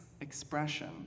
expression